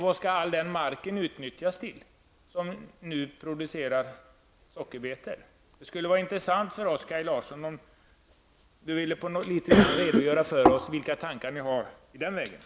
Vad skall all den mark utnyttjas till som nu används till att producera sockerbetor? Det skulle vara intressant för oss om Kaj Larsson ville redogöra för oss vilka tankar socialdemokraterna har där.